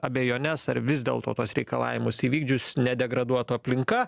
abejones ar vis dėlto tuos reikalavimus įvykdžius nedegraduotų aplinka